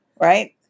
right